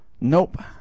Nope